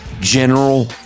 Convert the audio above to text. general